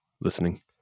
listening